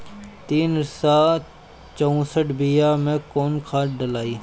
तीन सउ चउसठ बिया मे कौन खाद दलाई?